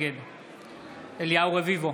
נגד אליהו רביבו,